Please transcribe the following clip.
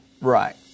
Right